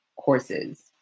courses